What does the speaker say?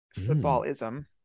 footballism